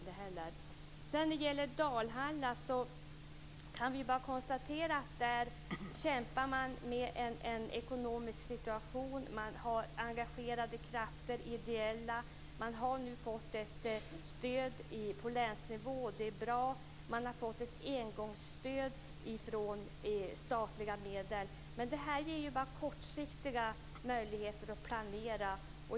När det gäller Dalhalla kan vi bara konstatera att man där kämpar med den ekonomiska situationen. Man har engagerade ideella krafter. Man har nu fått ett stöd på länsnivå, och det är bra. Man har också fått ett engångsstöd från statliga medel. Men detta ger bara kortsiktiga möjligheter att planera.